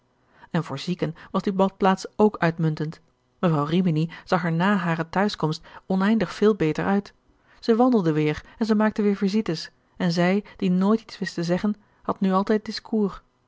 en voor zieken was die badplaats ook uitmuntend mevrouw rimini zag er na hare te huiskomst oneindig veel beter uit zij wandelde weer en zij maakte weer visites en zij die nooit iets wist te zeggen had nu altijd discours